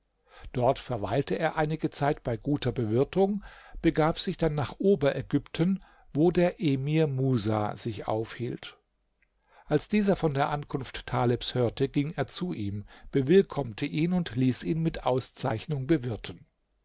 dort verweilte er einige zeit bei guter bewirtung begab sich dann nach oberägypten wo der emir musa sich aufhielt als dieser von der ankunft talebs hörte ging er zu ihm bewillkommte ihn und ließ ihn mit auszeichnung bewirten